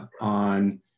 on